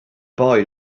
boy